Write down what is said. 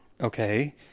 Okay